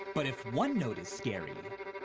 but if one note is scary.